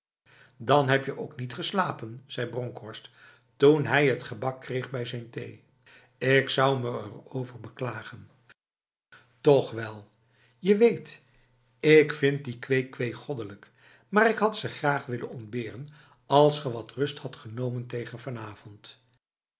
dan heb je ook niet geslapen zei bronkhorst toen hij het gebak kreeg bij zijn thee ik zou me erover beklagen toch wel je weet ik vind die kwee-kwee goddelijk maar ik had ze graag willen ontberen als ge wat rust hadt genomen tegen vanavond